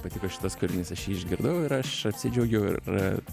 patiko šitas kūrinys aš jį išgirdau ir aš apsidžiaugiau ir